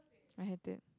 I hate it